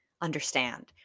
understand